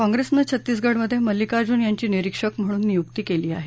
काँप्रसेनं छत्तीगडमध्ये मल्लिकार्ज्न यांची निरिक्षक म्हणून नियुक्ती केली आहे